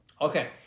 Okay